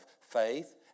faith